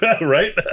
Right